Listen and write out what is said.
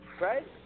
right